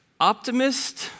Optimist